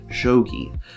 Shogi